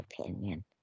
opinion